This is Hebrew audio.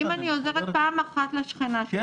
אם אני עוזרת פעם אחת לשכנה שלי,